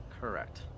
Correct